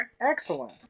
Excellent